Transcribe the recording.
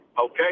Okay